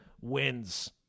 wins